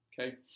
okay